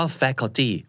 faculty